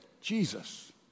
Jesus